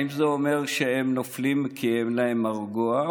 האם זה אומר שהם נופלים כי אין להם מרגוע,